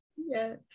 yes